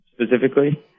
specifically